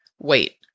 Wait